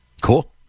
Cool